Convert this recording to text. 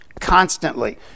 constantly